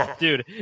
dude